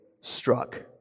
struck